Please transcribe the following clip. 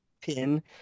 pin